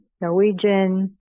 Norwegian